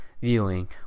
viewing